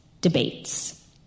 debates